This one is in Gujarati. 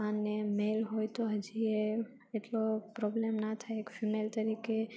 અને મેલ હોય તો હજીએ એટલો પ્રોબ્લેમ ના થાય એક ફિમેલ તરીકે